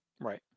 Right